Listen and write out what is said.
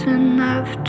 enough